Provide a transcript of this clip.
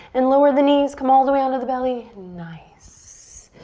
and lower the knees. come all the way on to the belly. nice.